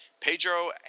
Pedro